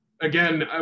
again